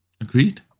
agreed